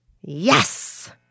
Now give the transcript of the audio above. Yes